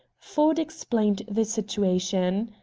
ford explained the situation.